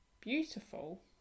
beautiful